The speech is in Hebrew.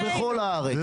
ווליד טאהא (רע"מ,